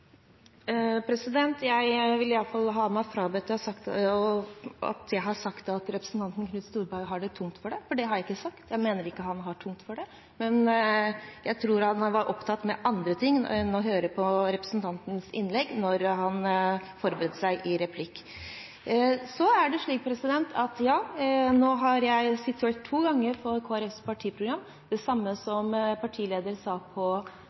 Jeg vil i alle fall ha meg frabedt at jeg har sagt at representanten Knut Storberget har tungt for det. Jeg mener ikke at han har tungt for det. Men jeg tror han var opptatt med andre ting enn å høre på representantens innlegg da han forberedte seg til replikk. Det er slik at ja, nå har jeg sitert to ganger fra Kristelig Folkepartis partiprogram det samme som partilederen sa på